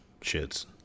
shits